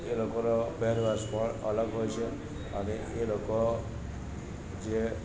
એ લોકોનો પહેરવેશ પણ અલગ હોય છે અને એ લોકો જે